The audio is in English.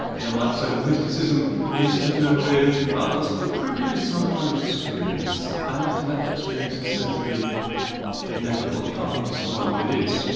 yeah might say that mysticism is to do with, well it privileges some kind of experience and often that experience is said to be ineffable, you can't really describe what it is,